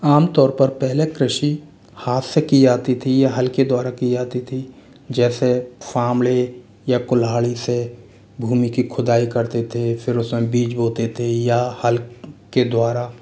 आम तौर पर पहले कृषि हाथ से की जाती थी यह हल के द्वारा की जाती थी जैसे फावड़े या कुल्हाड़ी से भूमि की खुदाई करते थे फिर उसमें बीज बोते थे या हल के द्वारा